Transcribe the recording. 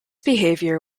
behavior